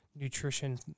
nutrition